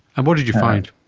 and what did you find?